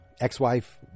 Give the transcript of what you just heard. Ex-wife